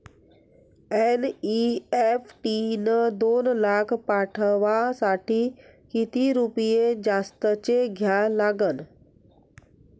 NEFT न दोन लाख पाठवासाठी किती रुपये जास्तचे द्या लागन?